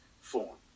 form